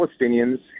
Palestinians